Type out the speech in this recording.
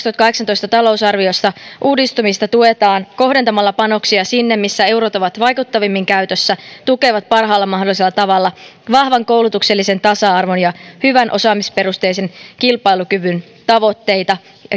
kaksituhattakahdeksantoista talousarviossa uudistumista tuetaan kohdentamalla panoksia sinne missä eurot ovat vaikuttavimmin käytössä tukevat parhaalla mahdollisella tavalla vahvan koulutuksellisen tasa arvon ja hyvän osaamisperusteisen kilpailukyvyn tavoitteita